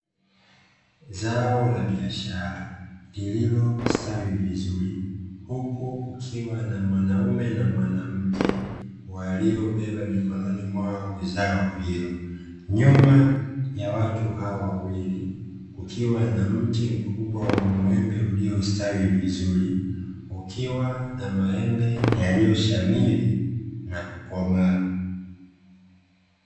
Zao la biashara, lililostawi vizuri huku kukiwa na mwanaume na mwanamke, waliobeba mikononi mwao zao hilo. Nyuma ya watu hao wawili, kukiwa na mti mkubwa wa mwembe uliostawi vizuri, ukiwa na maembe yaliyoshamri na kukomaa.